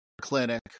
clinic